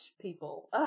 people